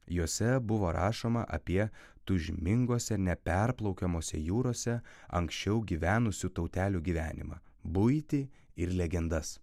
juose buvo rašoma apie tūžmingose neperplaukiamose jūrose anksčiau gyvenusių tautelių gyvenimą buitį ir legendas